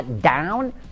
down